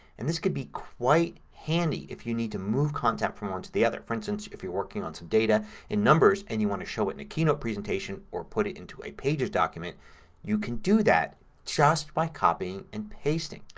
and this can be quite handy if you need to move content from one to the other. for instance if you're working on some data in numbers and you want to show it in a keynote presentation or put it into a pages document you can do that just by copying and pasting.